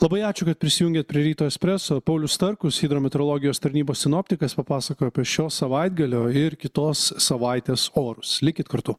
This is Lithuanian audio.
labai ačiū kad prisijungėt prie rytų espreso paulius starkus hidrometeorologijos tarnybos sinoptikas papasakojo apie šio savaitgalio ir kitos savaitės orus likit kartu